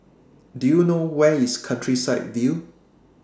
Do YOU know Where IS Countryside View